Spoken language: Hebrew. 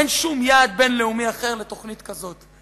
אין שום יעד בין-לאומי אחר לתוכנית כזאת.